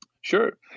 Sure